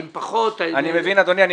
האם פחות -- אני מבין אדוני,